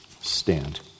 stand